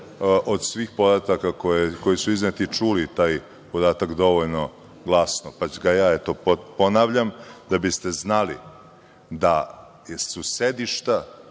od svih podataka koji su izneti čuli taj podatak dovoljno glasno, pa ću da ponovim da biste znali da su sedišta